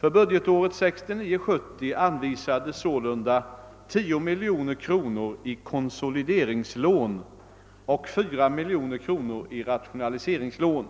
För budgetåret 1969/ 70 anvisades sålunda 10 miljoner kronor i konsolideringslån och 4 miljoner kronor i rationaliseringslån.